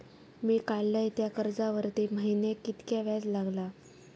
मी काडलय त्या कर्जावरती महिन्याक कीतक्या व्याज लागला?